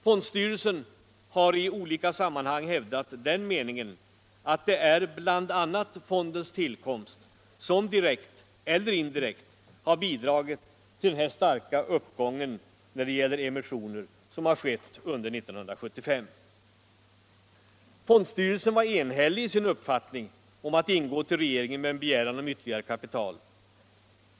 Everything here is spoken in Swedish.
Fondstyrelsen har i olika sammanhang hävdat den meningen att bl.a. fondens tillkomst direkt eller indirekt har bidragit till den starka uppgång när det gäller emissioner som har skett under år 1975. Fondstyrelsen var enhällig i sin uppfattning att man skulle ingå till regeringen med en begäran om ytterligare kapital.